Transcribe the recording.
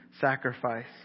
sacrifice